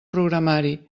programari